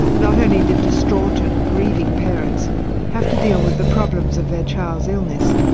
not only did distraught and grieving parents have to deal with the problems of their child's illness,